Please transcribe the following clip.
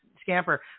scamper